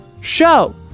show